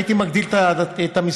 הייתי מגדיל את המשרות,